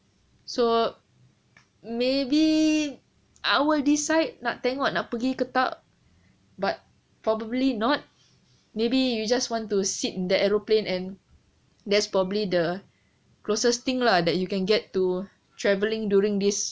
so maybe I will decide nak tengok nak pergi ke tak but probably not maybe you just want to sit the aeroplane and that's probably the closest thing lah that you can get to travelling during this